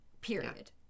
period